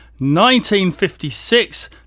1956